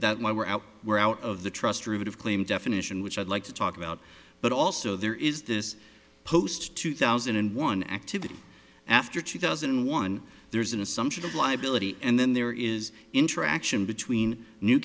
my we're out we're out of the trust route of claim definition which i'd like to talk about but also there is this post two thousand and one activity after two thousand and one there's an assumption of liability and then there is interaction between new